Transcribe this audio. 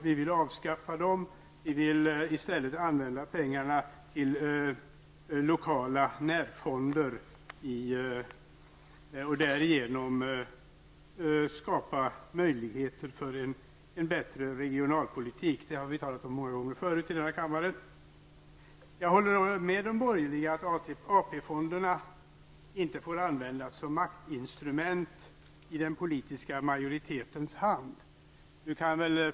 Vi vill avskaffa dem och i stället använda pengarna till lokala närfonder och därigenom skapa möjligheter för en bättre regionalpolitik. Detta har vi talat om många gångar förut i denna kammare. Jag håller med de borgerliga om att AP-fonderna inte får användas som ett maktinstrument i den politiska majoritetens hand.